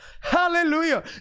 hallelujah